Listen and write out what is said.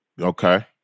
Okay